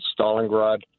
Stalingrad